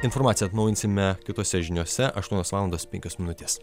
informaciją atnaujinsime kitose žiniose aštuonios valandos penkios minutės